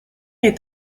est